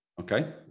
Okay